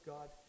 God